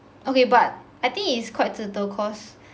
okay but I think it is quite 值得 cause